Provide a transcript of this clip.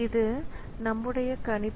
இது நம்முடைய கணிப்பு